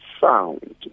sound